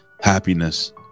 happiness